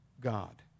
God